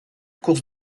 course